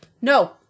no